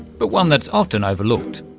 but one that's often overlooked.